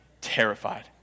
terrified